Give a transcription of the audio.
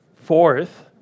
fourth